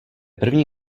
první